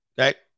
Okay